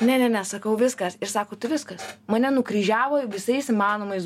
ne ne ne sakau viskas ir sako tai viskas mane nukryžiavo visais įmanomais